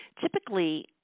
typically